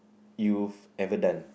you've ever done